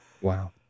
Wow